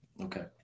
Okay